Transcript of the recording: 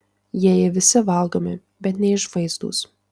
jieji visi valgomi bet neišvaizdūs